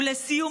ולסיום,